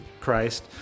Christ